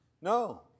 No